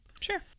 Sure